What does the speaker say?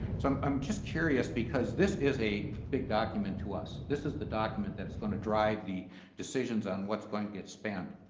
so i'm just curious because this is a big document to us this is the document that's going to drive the decisions on what's going to get spent.